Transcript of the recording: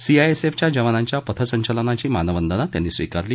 सीआयएसएफच्या जवानांच्या पथ संचलनाची मानवंदना त्यांनी स्वीकारली